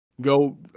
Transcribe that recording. go